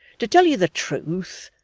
to tell you the truth,